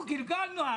אנחנו קלקלנו?